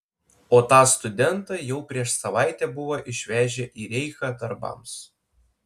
o tą studentą jau prieš savaitę buvo išvežę į reichą darbams